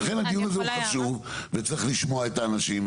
ולכן הדיון הזה הוא חושב וצריך לשמוע את האנשים,